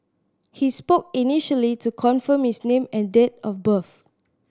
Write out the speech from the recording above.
he spoke initially to confirm his name and date of birth